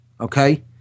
okay